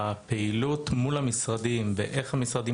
הפעילות מול המשרדים באיך המשרדים